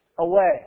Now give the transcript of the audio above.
away